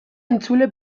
entzule